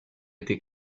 été